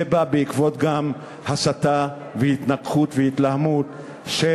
זה בא גם בעקבות הסתה והתנגחות והתלהמות של